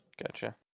gotcha